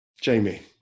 Jamie